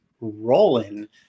rolling